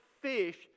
fish